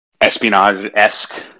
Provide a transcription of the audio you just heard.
espionage-esque